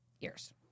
years